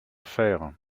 fère